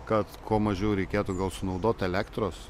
kad kuo mažiau reikėtų gal sunaudot elektros